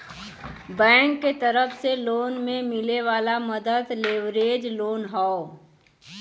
bank के तरफ से लोन में मिले वाला मदद लेवरेज लोन हौ